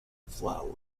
flower